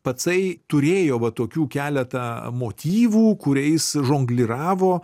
pacai turėjo va tokių keletą motyvų kuriais žongliravo